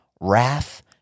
wrath